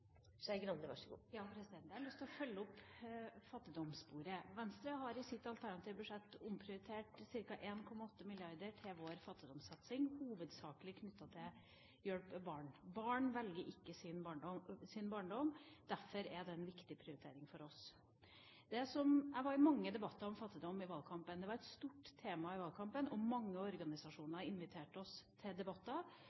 Jeg har lyst til å følge opp fattigdomssporet. Venstre har i sitt alternative budsjett omprioritert ca. 1,8 mrd. kr til vår fattigdomssatsing, hovedsakelig knyttet til å hjelpe barn. Barn velger ikke sin barndom, derfor er det en viktig prioritering for oss. Jeg var i mange debatter om fattigdom i valgkampen. Det var et stort tema i valgkampen, og mange